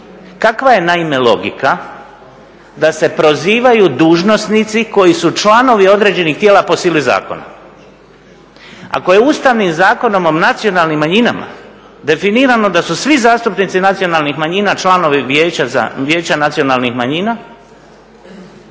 Kakva je naime logika da se prozivaju dužnosnici koji su članovi određenih tijela po sili zakona? Ako je Ustavnim zakonom o nacionalnim manjinama definirano da su zastupnici nacionalnih manjina članovi Vijeća nacionalnih manjina,